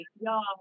y'all